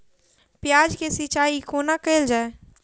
प्याज केँ सिचाई कोना कैल जाए?